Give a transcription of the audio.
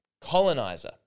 colonizer